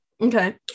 Okay